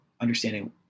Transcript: understanding